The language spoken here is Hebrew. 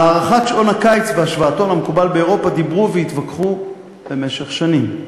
על הארכת שעון הקיץ והשוואתו למקובל באירופה דיברו והתווכחו במשך שנים,